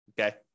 Okay